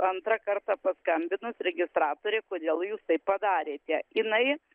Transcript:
antrą kartą paskambinus registratorei kodėl jūs tai padarėte jinai